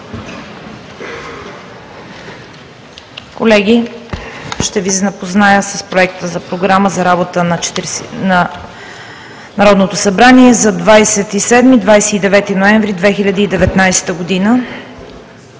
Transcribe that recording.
Колеги, ще Ви запозная с Проекта на програма за работа на Народното събрание за 27 – 29 ноември 2019 г.: „1.